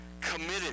committed